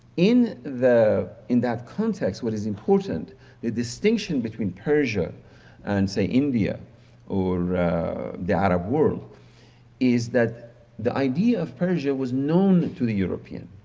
in the in that context what is important the distinction between persia and say india or the arab world is that idea of persia was known to the european